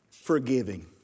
Forgiving